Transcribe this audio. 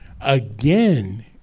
again